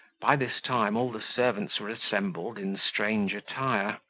by this time, all the servants were assembled in strange attire